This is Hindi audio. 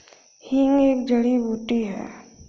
हींग एक जड़ी बूटी है